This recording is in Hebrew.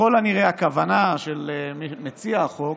ככל הנראה הכוונה של מציע החוק